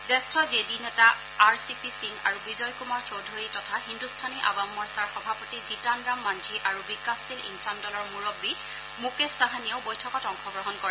জ্যেষ্ঠ J D নেতা R C P Singh আৰু বিজয় কুমাৰ চৌধুৰী তথা হিন্দুস্তানী আৱাম মৰ্চাৰ সভাপতি জিতান ৰাম মাঞ্জী আৰু বিকাশশীল ইন্চান দলৰ মুৰববী মুকেশ চাহানীয়েও বৈঠকত অংশগ্ৰহণ কৰে